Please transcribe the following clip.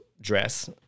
dress